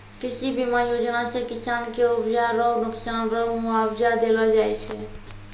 कृषि बीमा योजना से किसान के उपजा रो नुकसान रो मुआबजा देलो जाय छै